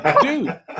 Dude